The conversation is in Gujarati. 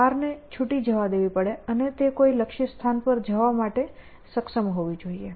તમારે કારને છૂટી જવા દેવી પડે અને તે કોઈ લક્ષ્યસ્થાન પર જવા માટે સક્ષમ હોવી જોઈએ